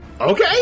Okay